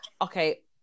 okay